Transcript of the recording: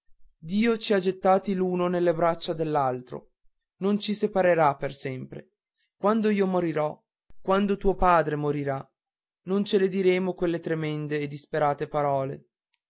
che ci ha gettati l'uno nelle braccia dell'altro non ci separerà per sempre quando io morirò quando tuo padre morrà non ce le diremo quelle tremende e disperate parole